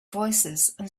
voicesand